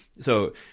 so-